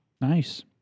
Nice